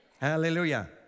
Hallelujah